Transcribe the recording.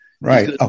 Right